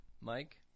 Mike